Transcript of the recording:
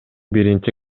биринчи